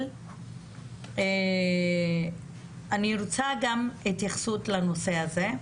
אני רוצה גם התייחסות לנושא הזה.